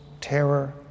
terror